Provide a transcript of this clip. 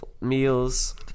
meals